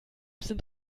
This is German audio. sind